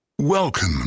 Welcome